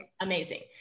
amazing